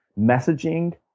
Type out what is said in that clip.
messaging